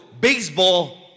baseball